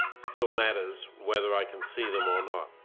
still matters whether i can see them or not,